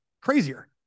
crazier